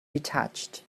detached